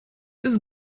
this